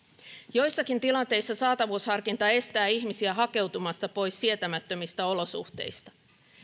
joissakin tilanteissa saatavuusharkinta estää ihmisiä hakeutumasta pois sietämättömistä olosuhteista